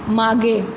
मागे